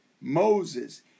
Moses